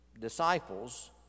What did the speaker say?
disciples